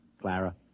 Clara